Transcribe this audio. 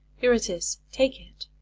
here it is take it!